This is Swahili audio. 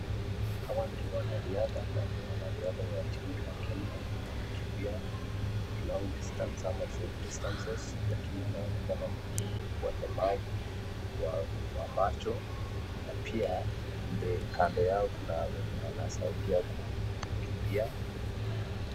Hawa ni wanariadha na ni wanariadha wa timu la Kenya. Wanakimbia long distances ama short distances lakini wanaonekana ni walemavu wa macho na pia kando yao kuna wenye wanasaidia kukimbia.